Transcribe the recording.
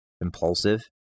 impulsive